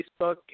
Facebook